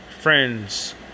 friends